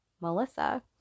Melissa